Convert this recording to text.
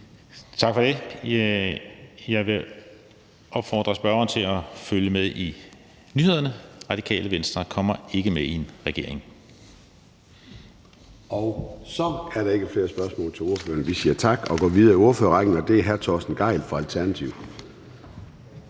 Tak for det. Jeg vil opfordre spørgeren til at følge med i nyhederne. Radikale Venstre kommer ikke med i en regering. Kl. 16:21 Formanden (Søren Gade): Så er der ikke flere spørgsmål til ordføreren. Vi siger tak og går videre i ordførerrækken til hr. Torsten Gejl fra Alternativet.